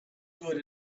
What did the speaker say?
good